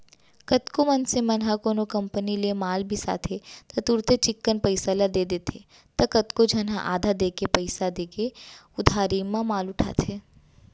कतको मनसे मन ह कोनो कंपनी ले माल बिसाथे त तुरते चिक्कन पइसा ल दे देथे त कतको झन ह आधा देके पइसा देके उधारी म माल उठाथे